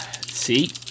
See